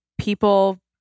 people